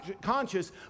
conscious